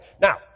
Now